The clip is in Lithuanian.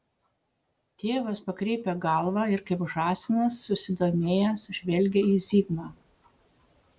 tėvas pakreipia galvą ir kaip žąsinas susidomėjęs žvelgia į zigmą